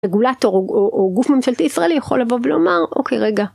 רגולטור או גוף ממשלתי ישראלי יכול לבוא ולומר אוקיי רגע.